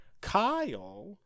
Kyle